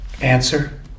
answer